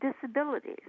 disabilities